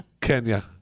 Kenya